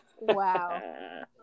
Wow